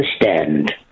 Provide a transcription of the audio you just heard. understand